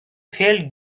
felt